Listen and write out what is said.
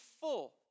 full